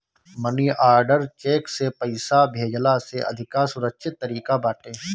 मनी order cheque से पईसा भेजला से अधिका सुरक्षित तरीका बाटे